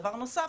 דבר נוסף,